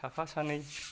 साफा सानै